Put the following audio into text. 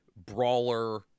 brawler